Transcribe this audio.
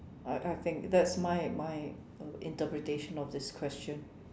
I I think that's my my uh interpretation of this question